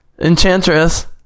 enchantress